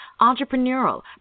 entrepreneurial